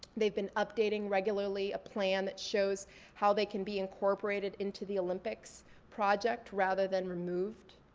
they've been updating regularly a plan that shows how they can be incorporated into the olympics project rather than removed.